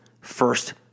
first